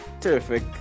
terrific